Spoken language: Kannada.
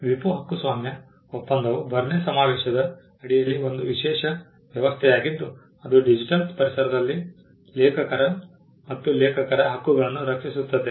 WIPO ಹಕ್ಕುಸ್ವಾಮ್ಯ ಒಪ್ಪಂದವು ಬರ್ನ್ ಸಮಾವೇಶದ ಅಡಿಯಲ್ಲಿ ಒಂದು ವಿಶೇಷ ವ್ಯವಸ್ಥೆಯಾಗಿದ್ದು ಅದು ಡಿಜಿಟಲ್ ಪರಿಸರದಲ್ಲಿ ಲೇಖಕರು ಮತ್ತು ಲೇಖಕರ ಹಕ್ಕುಗಳನ್ನು ರಕ್ಷಿಸುತ್ತದೆ